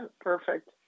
perfect